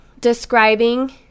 describing